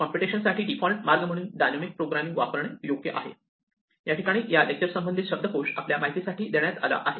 computation साठी default मार्ग म्हणून डायनॅमिक प्रोग्रामिंग वापरणे योग्य आहे